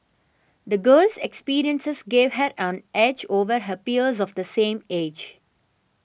the girl's experiences gave her an edge over her peers of the same age